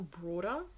broader